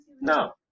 no